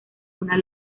una